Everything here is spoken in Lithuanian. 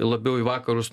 labiau į vakarus